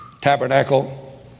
tabernacle